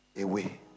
away